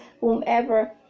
whomever